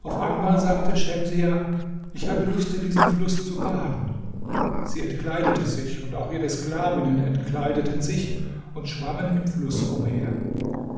auf einmal sagte schemsiah ich habe lust in diesem fluß zu baden sie entkleidete sich und auch ihre sklavinnen entkleideten sich und schwammen im fluß umher